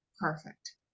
perfect